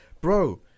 Bro